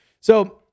So-